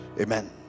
Amen